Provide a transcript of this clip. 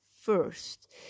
first